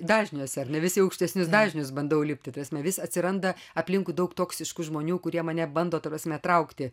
dažniuose ar ne vis į aukštesnius dažnius bandau lipti ta prasme vis atsiranda aplinkui daug toksiškų žmonių kurie mane bando ta prasme traukti